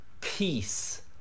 peace